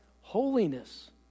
holiness